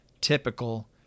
typical